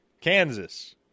Kansas